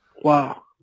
Wow